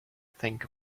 think